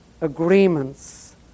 agreements